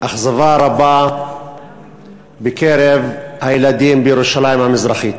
אכזבה רבה בקרב הילדים בירושלים המזרחית.